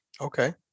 Okay